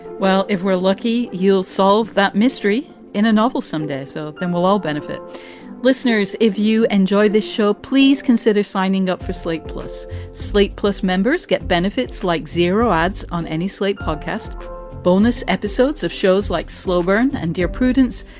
well, if we're lucky, you'll solve that mystery in a novel someday. so then we'll all benefit listeners if you enjoy this show. please consider signing up for slate plus slate. plus, members get benefits like zero odds on any slate podcast bonus episodes of shows like slow burn and dear prudence.